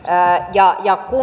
ja ja